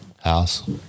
House